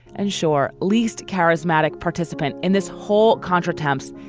and shore. least charismatic participant in this whole contra temp's,